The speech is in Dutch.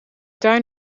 tuin